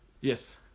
yes